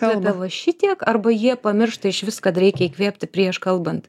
kalba va šitiek arba jie pamiršta išvis kad reikia įkvėpti prieš kalbant